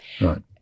right